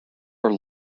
are